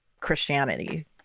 christianity